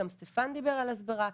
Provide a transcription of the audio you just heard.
גם סטפן דיבר על הסברה,